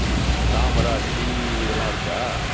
ம் தாமரை அல்லி இதெல்லாம் இருக்கா